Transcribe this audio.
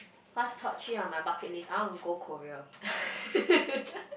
what's top three on my bucket list I wanna go Korea